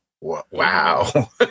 wow